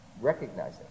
recognizing